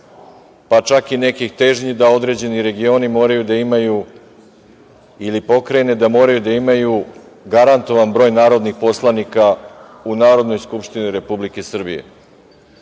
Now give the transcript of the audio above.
pa čak i nekih težnji da određeni regioni moraju da imaju, ili pokrajine, da moraju da imaju garantovan broj narodnih poslanika u Narodnoj skupštini Republike Srbije.Zašto